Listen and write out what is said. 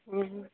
ओहाँ